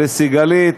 סיגלית,